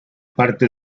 parte